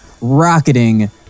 rocketing